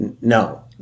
no